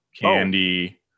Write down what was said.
candy